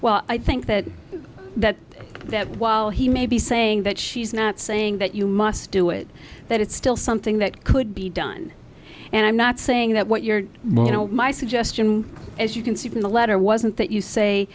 well i think that that that while he may be saying that she's not saying that you must do it that it's still something that could be done and i'm not saying that what you're my suggestion as you can see from the letter wasn't that you say